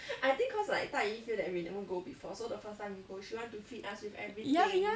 ya ya